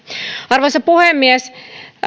arvoisa puhemies